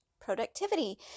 productivity